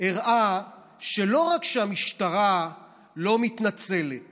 הראה שלא רק שהמשטרה לא מתנצלת